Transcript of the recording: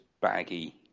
baggy